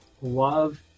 Love